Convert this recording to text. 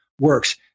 works